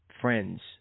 friends